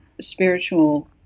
spiritual